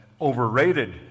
overrated